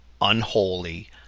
Unholy